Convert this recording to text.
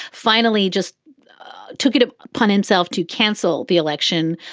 finally just took it ah upon himself to cancel the election,